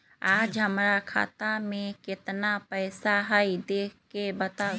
आज हमरा खाता में केतना पैसा हई देख के बताउ?